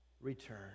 Return